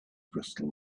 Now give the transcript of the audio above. crystal